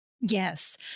Yes